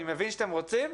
אני מבין שאתם רוצים,